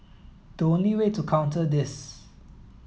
the only way to counter this